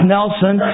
Nelson